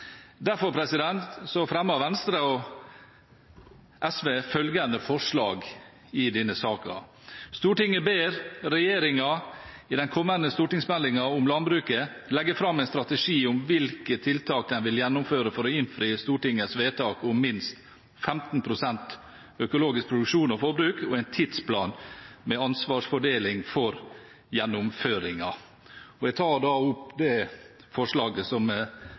Derfor fremmer Venstre og SV følgende forslag i denne saken: «Stortinget ber regjeringen i den kommende stortingsmeldingen om landbruket legge frem en strategi om hvilke tiltak den vil gjennomføre for å innfri Stortingets vedtak om minst 15 pst. økologisk produksjon og forbruk, og en tidsplan med ansvarsfordeling for gjennomføringen.» Jeg tar opp det forslaget som her er